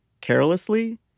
carelessly